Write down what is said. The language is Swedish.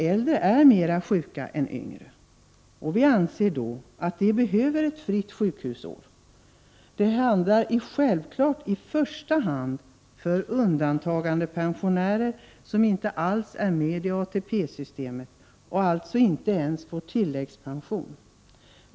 Äldre är mera sjuka än yngre, och de behöver därför ett fritt sjukhusår. Det handlar självfallet i första hand om undantagandepensionärer, som inte alls är med i ATP-systemet och alltså inte ens får tilläggspension.